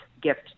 gift